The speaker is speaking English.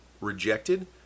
rejected